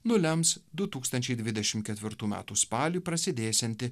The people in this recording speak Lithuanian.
nulems du tūkstančiai dvidešim ketvirtų metų spalį prasidėsianti